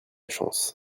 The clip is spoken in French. chance